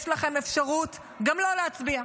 יש לכם אפשרות גם לא להצביע.